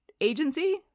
agency